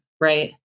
right